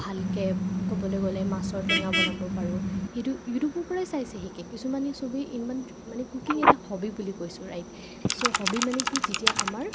ভালকৈ ক'বলৈ গ'লে মাছৰ টেঙা বনাব পাৰোঁ সেইটো ইউটিউবৰপৰাই চাই চাই শিকে কিছুমানে চবেই মানে ইমান কুকিং এটা হবী বুলি কৈছোঁ ৰাইট চ' হবী মানে কি যেতিয়া আমাৰ